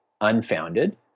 unfounded